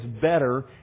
better